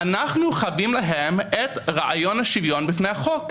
"אנחנו חבים להם את רעיון השוויון בפני החוק,